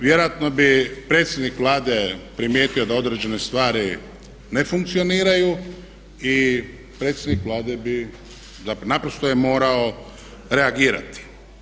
Vjerojatno bi predsjednik Vlade primijetio da određene stvari ne funkcioniraju i predsjednik Vlade bi, naprosto je morao reagirati.